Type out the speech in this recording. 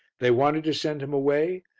they wanted to send him away,